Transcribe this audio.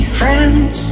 friends